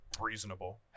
Reasonable